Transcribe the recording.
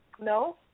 No